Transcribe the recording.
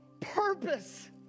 Purpose